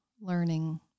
learning